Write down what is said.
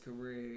career